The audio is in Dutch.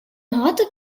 houten